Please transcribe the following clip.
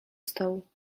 stołu